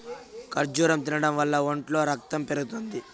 ఖర్జూరం తినడం వల్ల ఒంట్లో రకతం పెరుగుతుంది